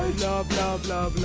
well blow